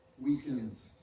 weakens